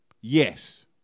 Yes